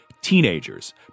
Teenagers